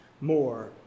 more